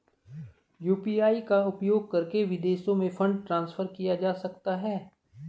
UPI का उपयोग करके विदेशों में फंड ट्रांसफर किया जा सकता है?